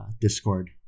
Discord